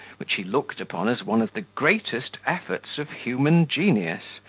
which he looked upon as one of the greatest efforts of human genius,